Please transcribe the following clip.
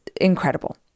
incredible